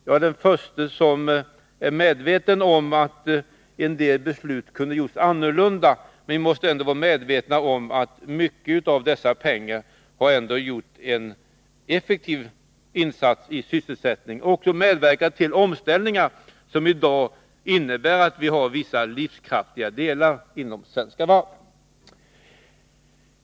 Jag är den förste att erkänna att en del beslut kunde har varit annorlunda, men vi måste ändå vara medvetna om att mycket av dessa pengar har gjort en effektiv insats vad gäller sysselsättningen och också medverkat till omställningar som innebär att vi i dag har vissa livskraftiga delar inom Svenska Varv.